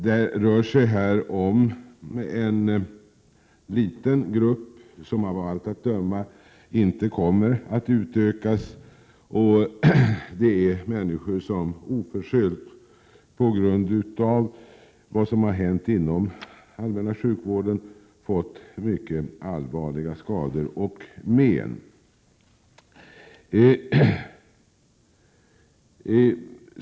Det rör sig här om en liten grupp, som av allt att döma inte kommer att utökas, och det är människor som oförskyllt — på grund av vad som har hänt inom den allmänna sjukvården — fått mycket allvarliga skador och allvarliga men.